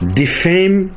defame